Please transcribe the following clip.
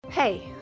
Hey